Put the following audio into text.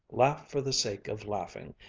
laugh for the sake of laughing,